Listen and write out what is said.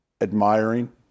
admiring